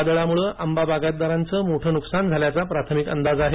वादळामुळे आंबा बागायतदारांचं मोठं नुकसान झाल्याचा प्राथमिक अंदाज आहे